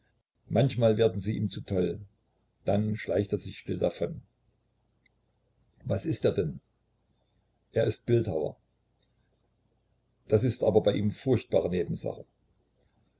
manchmal werden sie ihm zu toll dann schleicht er sich still davon was ist er denn er ist bildhauer das ist aber bei ihm furchtbar nebensache